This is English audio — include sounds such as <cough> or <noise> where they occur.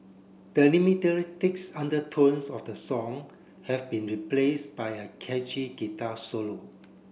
the <unintelligible> undertones of the song have been replace by a catchy guitar solo